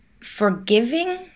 forgiving